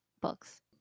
books